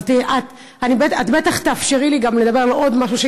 אבל את בטח תאפשרי לי לדבר על עוד משהו,